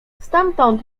stamtąd